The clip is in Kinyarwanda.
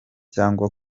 cyangwa